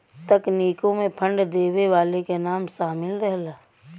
तकनीकों मे फंड देवे वाले के नाम सामिल रहला